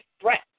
threat